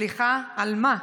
סליחה, על מה?